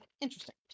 interesting